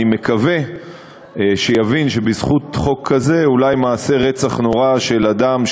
אני מקווה שיבין שבזכות חוק כזה אולי מעשה רצח נורא של אדם,